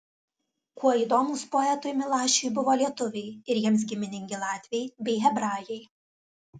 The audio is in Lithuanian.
kuo įdomūs poetui milašiui buvo lietuviai ir jiems giminingi latviai bei hebrajai